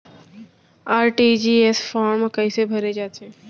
RTGS form कइसे भरे जाथे?